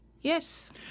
Yes